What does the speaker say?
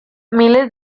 miles